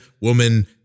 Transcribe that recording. woman